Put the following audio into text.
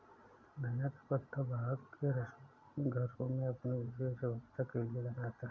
धनिया का पत्ता भारत के रसोई घरों में अपनी विशेष उपयोगिता के लिए जाना जाता है